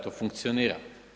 To funkcionira.